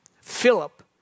Philip